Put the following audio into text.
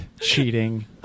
cheating